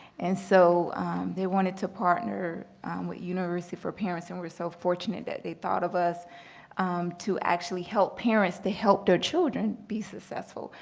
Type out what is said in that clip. and so they wanted to partner with university for parents, and we were so fortunate that they thought of us to actually help parents to help their children be successful,